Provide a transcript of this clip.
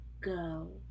go